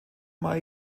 mai